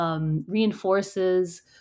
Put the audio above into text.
reinforces